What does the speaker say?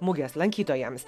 mugės lankytojams